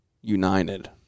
united